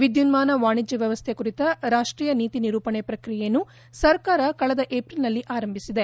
ವಿದ್ಯುನ್ಮಾನ ವಾಣಿಜ್ಯ ವ್ಯವಸ್ಥೆ ಕುರಿತ ರಾಷ್ವೀಯ ನೀತಿ ನಿರೂಪಣೆ ಪ್ರಕ್ರಿಯೆಯನ್ನು ಸರ್ಕಾರ ಕಳೆದ ಏಪ್ರಿಲ್ನಲ್ಲಿ ಆರಂಭಿಸಿದೆ